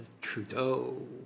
Trudeau